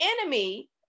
enemy